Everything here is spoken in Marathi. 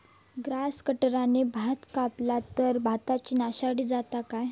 ग्रास कटराने भात कपला तर भाताची नाशादी जाता काय?